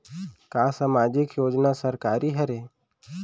का सामाजिक योजना सरकारी हरे?